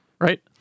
right